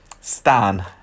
Stan